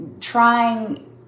trying